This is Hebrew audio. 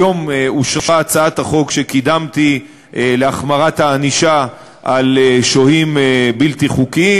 היום אושרה הצעת חוק שקידמתי להחמרת הענישה על שוהים בלתי חוקיים,